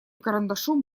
карандашом